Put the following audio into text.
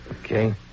Okay